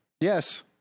Yes